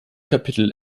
kapitel